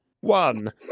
one